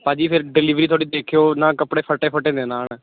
ਭਾਅ ਜੀ ਫਿਰ ਡਿਲੀਵਰੀ ਤੁਹਾਡੀ ਦੇਖਿਓ ਨਾ ਕੱਪੜੇ ਫਟੇ ਫਟੇ ਵੇ ਨਾ ਆਉਣ